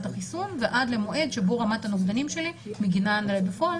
החיסון ועד למועד שבו רמת הנוגדנים שלי מגינה עליי בפועל